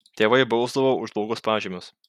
tėvai bausdavo už blogus pažymius